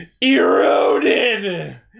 eroded